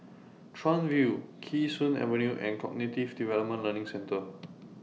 Chuan View Kee Sun Avenue and The Cognitive Development Learning Centre